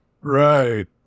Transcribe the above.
Right